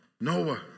Noah